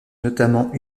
notamment